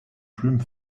plume